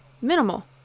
minimal